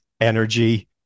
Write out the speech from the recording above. energy